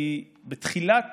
כי בתחילת